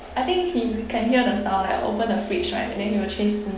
I think he can hear the sound like open the fridge right then he will chase me